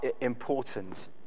important